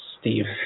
Steve